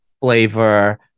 flavor